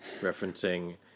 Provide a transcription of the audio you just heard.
referencing